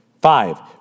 Five